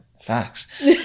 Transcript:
facts